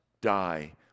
die